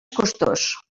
costós